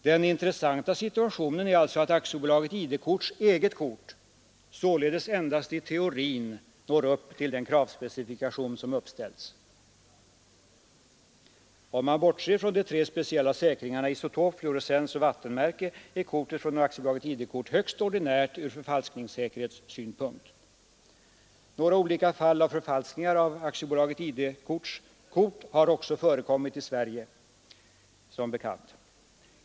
Den intressanta situationen är alltså att AB ID-korts eget kort således endast i teorin når upp till den kravspecifikation som uppställts. Om man bortser från de tre speciella säkringarna isotop, fluorescens och vattenmärke, är kortet från AB ID-kort högst ordinärt ur förfalskningssäkerhetssynpunkt. Några olika fall av förfalskningar av AB ID-korts kort har också som bekant förekommit i Sverige.